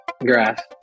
Grass